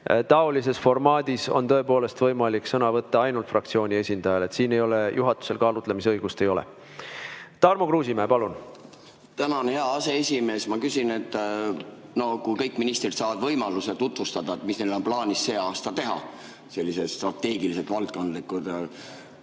Taolises formaadis on tõepoolest võimalik sõna võtta ainult fraktsiooni esindajal. Siin juhatusel kaalutlemisõigust ei ole. Tarmo Kruusimäe, palun! Tänan, hea aseesimees! Ma küsin, et kui kõik ministrid saavad võimaluse tutvustada, mis neil on plaanis see aasta teha, sellised strateegilised valdkondlikud